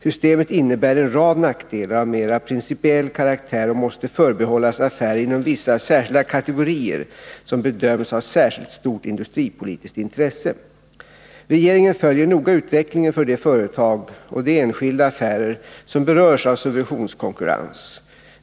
Systemet innebär en rad nackdelar av mera principiell karaktär och måste förbehållas affärer inom vissa särskilda kategorier som bedöms ha särskilt stort industripolitiskt intresse. Regeringen följer noga utvecklingen för de företag och de enskilda affärer som berörs av subventionskonkurrens.